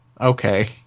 Okay